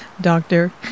Doctor